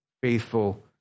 faithful